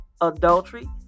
adultery